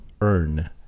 earn